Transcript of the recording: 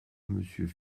monsieur